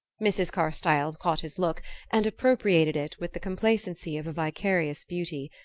mrs. carstyle caught his look and appropriated it with the complacency of a vicarious beauty.